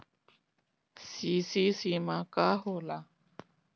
CC सीमा का होला?